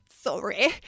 Sorry